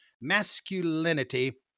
masculinity